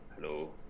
hello